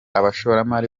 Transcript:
abashoramari